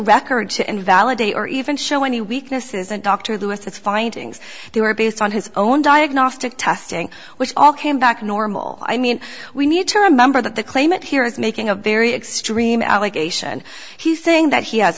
record to invalidate or even show any weaknesses and dr lewis its findings they were based on his own diagnostic testing which all came back normal i mean we need to remember that the claimant here is making a very extreme allegation he's saying that he has